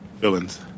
villains